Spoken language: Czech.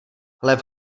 lev